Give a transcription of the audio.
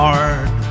Hard